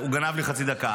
הוא גנב לי חצי דקה,